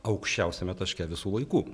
aukščiausiame taške visų laikų